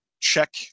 check